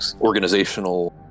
organizational